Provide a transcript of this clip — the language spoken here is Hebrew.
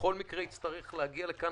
בכל מקרה תצטרך להגיע לכאן